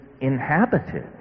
inhabited